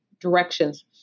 directions